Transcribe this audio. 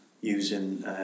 using